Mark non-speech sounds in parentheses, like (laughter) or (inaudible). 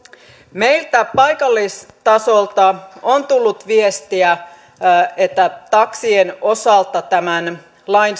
meiltä paikallistasolta on tullut viestiä että taksien osalta tämän lain (unintelligible)